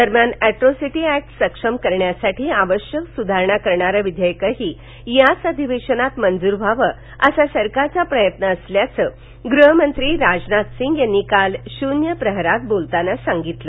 दरम्यान atrocity act सक्षम करण्यासाठी आवश्यक स्धारणा करणारं विधेयकही याच अधिवेशनात मंजूर व्हावं असा सरकारचा प्रयत्न असल्याचं ग्रहमंत्री राजनाथ सिंग यांनी काल शून्यप्रहरात बोलताना सांगितलं